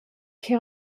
che